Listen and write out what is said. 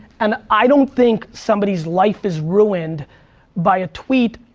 and i don't think somebody's life is ruined by a tweet,